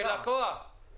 אם אתה כלקוח, אז בסדר.